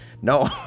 No